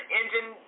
engine